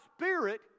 Spirit